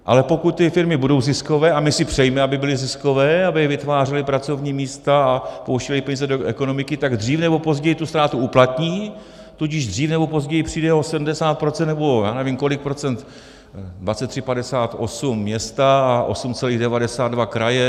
Ale pokud ty firmy budou ziskové, a my si přejme, aby byly ziskové, aby vytvářely pracovní místa a pouštěly peníze do ekonomiky, tak dřív nebo později tu ztrátu uplatní, tudíž dřív nebo později přijde o 70 % nebo já nevím o kolik procent, 23,58 města a 8,92 kraje.